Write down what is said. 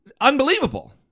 unbelievable